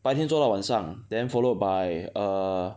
白天做到晚上 then followed by err